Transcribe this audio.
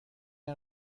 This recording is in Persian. این